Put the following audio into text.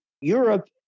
Europe